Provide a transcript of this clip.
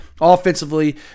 Offensively